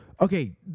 Okay